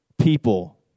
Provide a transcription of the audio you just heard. people